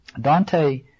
Dante